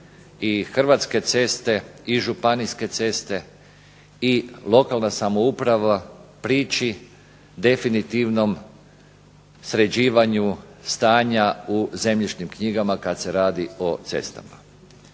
Hrvatske ceste i Županijske ceste i lokalna samouprava prići definitivnom sređivanju stanja u zemljišnim knjigama kad se radi o cestama.